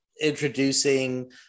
introducing